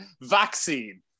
Vaccine